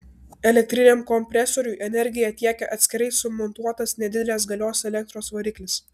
elektriniam kompresoriui energiją tiekia atskirai sumontuotas nedidelės galios elektros variklis